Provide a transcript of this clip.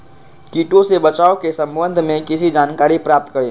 किटो से बचाव के सम्वन्ध में किसी जानकारी प्राप्त करें?